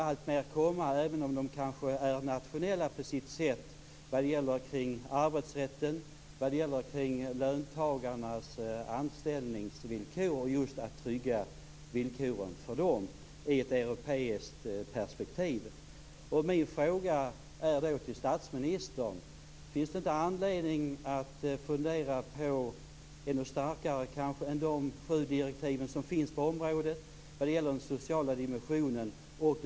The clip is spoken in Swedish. De är kända sedan tidigare, och jag har ingen anledning att på något sätt röra på mig där. Sedan är det ju förhandling. Då vet vi om att från den position man har, går man någon bit.